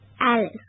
Alice